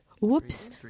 Whoops